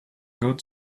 good